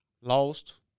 lost